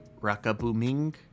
Rakabuming